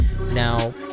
Now